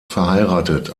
verheiratet